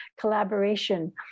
collaboration